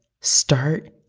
start